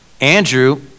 Andrew